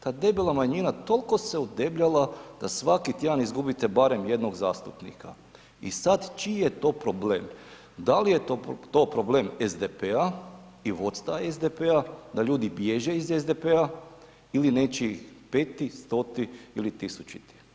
Ta debela manjina toliko se udebljala da svaki tjedan izgubite barem jednog zastupnika i sad čiji je to problem, da li je to problem SDP-a i vodstva SDP-a da ljudi bježe iz SDP-a ili nečiji peti, stoti ili tisućiti?